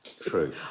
True